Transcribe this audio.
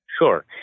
Sure